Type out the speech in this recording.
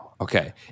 Okay